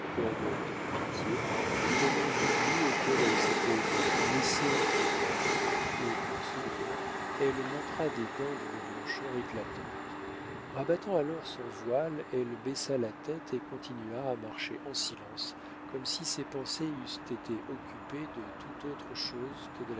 de pitié du moment d'oubli auquel elle s'était laissé entraîner et en souriant elle montra des dents d'une blancheur éclatante rabattant alors son voile elle baissa la tête et continua à marcher en silence comme si ses pensées eussent été occupées de toute autre chose que